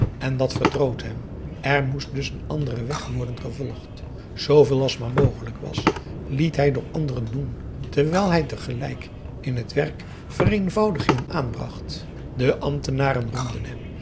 en dat verdroot hem er moest dus een anderen weg worden gevolgd zooveel als maar mogelijk was liet hij door anderen doen terwijl hij tegelijk in het werk vereenvoudigingen bracht de ambtenaren roemden hem